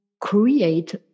create